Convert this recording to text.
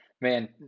man